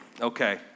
Okay